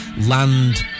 land